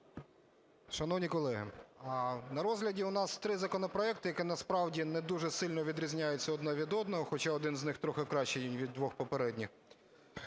Шановні колеги, на розгляді у нас 3 законопроекти, які насправді не дуже сильно відрізняються один від одного, хоча один з них трохи кращий від двох попередніх.